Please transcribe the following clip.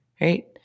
Right